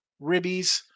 Ribbies